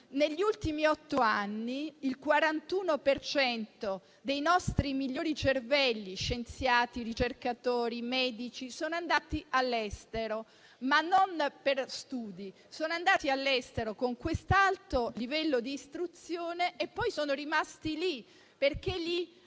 Negli ultimi otto anni il 41 per cento dei nostri migliori cervelli (scienziati, ricercatori, medici) è andato all'estero, ma non per studi: sono andati all'estero con un alto livello di istruzione e poi sono rimasti lì, dove hanno